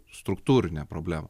struktūrinę problemę